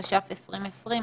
התש"ף-2020.